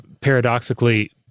paradoxically